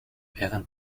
während